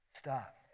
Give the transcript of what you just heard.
stop